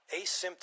asymptomatic